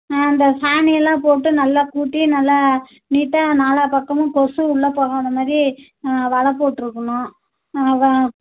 அந்த சாணி எல்லாம் போட்டு நல்லா கூட்டி நல்லா நீட்டாக நாலா பக்கமும் கொசு உள்ளே போகாத மாதிரி வலை போட்டுருக்கணும் வ